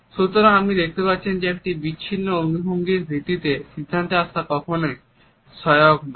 সুতরাং আপনি দেখতে পারছেন যে একটা বিচ্ছিন্ন অঙ্গভঙ্গির ভিত্তিতে সিদ্ধান্তে আসা কখনই সহায়ক নয়